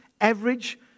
average